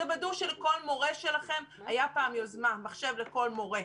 תוודאו שלכל מורה שלכם הייתה פעם יוזמה: מחשב לכל מורה.